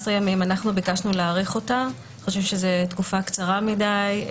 ביקשנו להאריך אותה, אנחנו חושבים שהיא קצרה מידי.